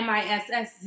Miss